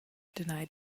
denied